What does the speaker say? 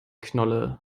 knolle